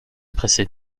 pressé